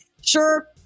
Sure